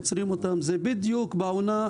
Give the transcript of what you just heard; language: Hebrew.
זה בדיוק בעונה,